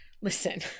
Listen